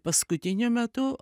paskutiniu metu